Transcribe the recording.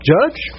Judge